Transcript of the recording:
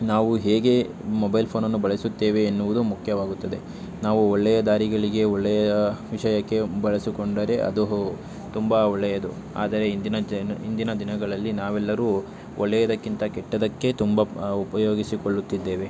ನಾವು ಹೇಗೆ ಮೊಬೈಲ್ ಫೋನನ್ನು ಬಳಸುತ್ತೇವೆ ಎನ್ನುವುದು ಮುಖ್ಯವಾಗುತ್ತದೆ ನಾವು ಒಳ್ಳೆಯ ದಾರಿಗಳಿಗೆ ಒಳ್ಳೆಯ ವಿಷಯಕ್ಕೆ ಬಳಸಿಕೊಂಡರೆ ಅದು ಹೊ ತುಂಬ ಒಳ್ಳೆಯದು ಆದರೆ ಇಂದಿನ ಜನ ಇಂದಿನ ದಿನಗಳಲ್ಲಿ ನಾವೆಲ್ಲರೂ ಒಳ್ಳೆಯದಕ್ಕಿಂತ ಕೆಟ್ಟದ್ದಕ್ಕೆ ತುಂಬ ಉಪಯೋಗಿಸಿಕೊಳ್ಳುತ್ತಿದ್ದೇವೆ